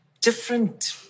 different